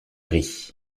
rit